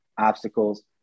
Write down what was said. obstacles